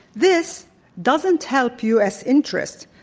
this doesn't help u. s. interests,